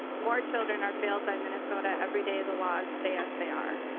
more children are filled by minnesota every day the law stay as they are.